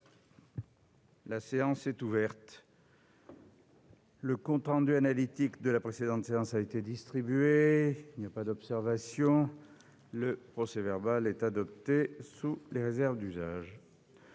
La séance est ouverte. Le compte rendu analytique de la précédente séance a été distribué. Il n'y a pas d'observation ?... Le procès-verbal est adopté sous les réserves d'usage.